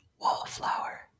Wallflower